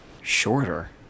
Shorter